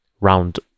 round